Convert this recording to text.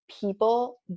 people